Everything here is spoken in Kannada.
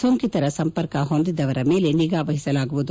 ಸೋಂಕಿತರ ಸಂಪರ್ಕ ಹೊಂದಿದವರ ಮೇಲೆ ನಿಗಾ ವಹಿಸಲಾಗುವುದು